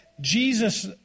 Jesus